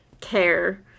care